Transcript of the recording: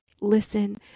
listen